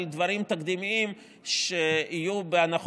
תודה לכל אותם רופאים שטיפלו באבא,